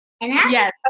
Yes